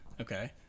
Okay